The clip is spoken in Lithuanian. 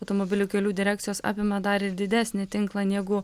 automobilių kelių direkcijos apima dar ir didesnį tinklą negu